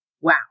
Wow